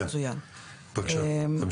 אנחנו נענה על זה בצורה מסודרת.